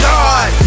God